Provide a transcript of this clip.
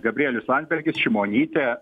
gabrielius landsbergis šimonytė